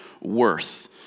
worth